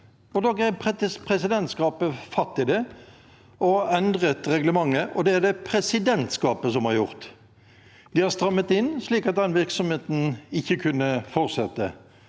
Da grep presidentskapet fatt i det og endret reglementet, og det er det presidentskapet som har gjort. Vi har strammet inn, slik at den virksomheten ikke kunne fortsette.